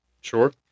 Sure